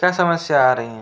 क्या समस्या आ रही है